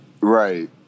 Right